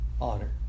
Honor